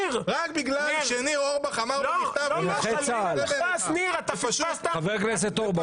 רק בגלל שניר אורבך אמר במכתב --- חבר הכנסת אורבך,